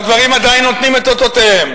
והדברים עדיין נותנים את אותותיהם.